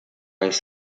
jest